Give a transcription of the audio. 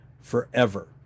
forever